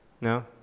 No